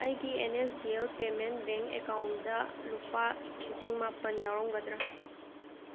ꯑꯩꯒꯤ N S D L payment bank ꯑꯦꯀꯥꯎꯟꯗ ꯂꯨꯄꯥ ꯂꯤꯁꯤꯡ ꯃꯥꯄꯟ ꯌꯥꯎꯔꯝꯒꯗ꯭ꯔꯥ